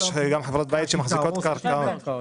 יש גם חברות בית שמחזיקות קרקעות.